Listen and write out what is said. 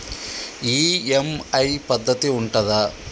EMI పద్ధతి ఉంటదా?